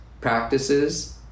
practices